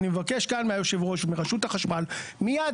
ואני מבקש כאן מהיושב-ראש ומרשות החשמל מייד